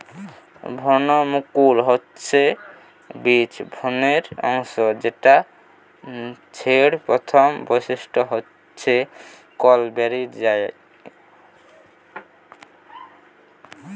ভ্রূণমুকুল হচ্ছে বীজ ভ্রূণের অংশ যেটা ছের প্রথম বৈশিষ্ট্য হচ্ছে কল বেরি যায়